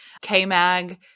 K-Mag